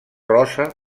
rosa